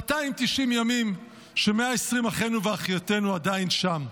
290 ימים ש-120 אחינו ואחיותינו עדיין שם.